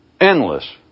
endless